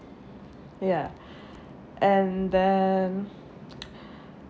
ya and then